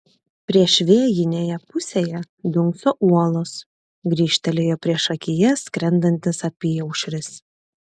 priešvėjinėje pusėje dunkso uolos grįžtelėjo priešakyje skrendantis apyaušris